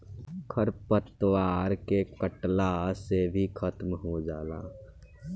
खर पतवार के कटला से भी खत्म हो जाला